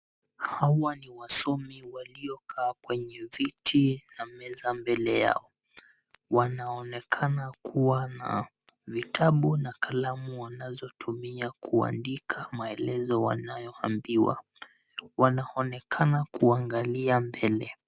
Hawa ni wasomi waliokaa kwenye viti na meza mbele yao. Wanaonekana kuwa na vitabu na kalamu wanazotumia kuandika maelezo wanayoambiwa. Wanaonekana kuangalia mbele.